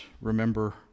remember